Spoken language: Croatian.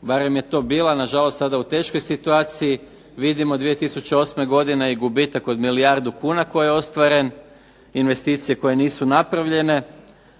barem je to bila, na žalost sada u teškoj situaciji, vidimo i 2008. godine i gubitak od milijardu kuna koji je ostvaren, investicije koje nisu napravljene,